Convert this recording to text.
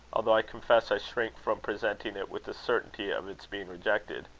although i confess i shrink from presenting it with a certainty of its being rejected.